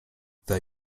their